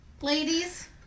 Ladies